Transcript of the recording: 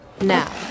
Now